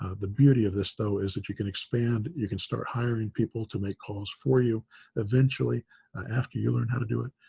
the beauty of this, though, is that you can expand, you can start hiring people to make calls for you eventually after you learn how to do it.